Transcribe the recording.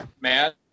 Matt